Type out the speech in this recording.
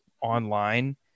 online